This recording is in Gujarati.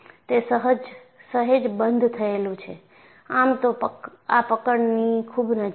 તે સહેજ બંધ થયેલું છે આમ તો આ પકડની ખૂબ નજીક છે